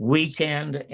Weekend